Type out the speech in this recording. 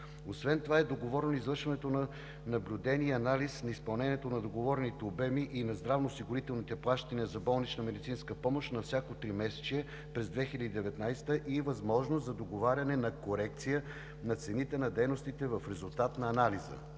Освен това е договорено извършването на наблюдение и анализ на изпълнение на договорените обеми и на здравноосигурителните плащания за болнична медицинска помощ на всяко тримесечие през 2019 г. и възможност за договаряне на корекция на цените на дейностите в резултат на анализа.